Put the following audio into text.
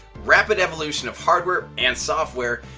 rapid evolution of hardware and software,